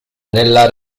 nella